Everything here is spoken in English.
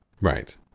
Right